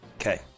Okay